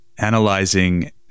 analyzing